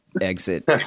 exit